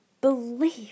belief